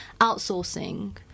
outsourcing